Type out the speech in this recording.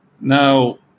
now